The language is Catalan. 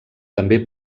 també